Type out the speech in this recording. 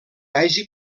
hagi